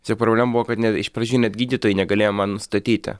čia problema buvo kad ne iš pradžių net gydytojai negalėjo man nustatyti